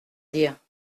dire